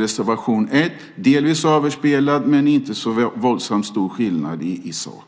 reservation 1 är delvis överspelad men att det inte är så våldsamt stor skillnad i sak.